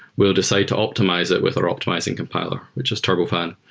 we'll decide to optimize it with our optimizing compiler, which is turbofan.